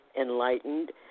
enlightened